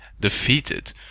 defeated